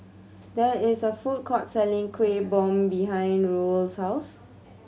there is a food court selling Kuih Bom behind Ruel's house